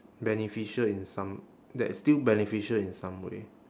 beneficial in some that is still beneficial in some way